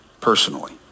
personally